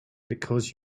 because